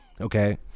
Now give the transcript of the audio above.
Okay